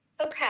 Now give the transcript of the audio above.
Okay